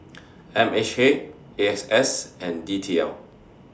M H A A X S and D T L